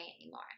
anymore